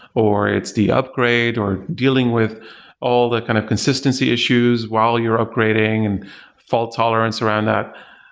or it's the upgrade, or dealing with all the kind of consistency issues while you're upgrading and fault-tolerance around that.